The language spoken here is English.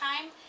time